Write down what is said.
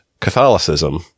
Catholicism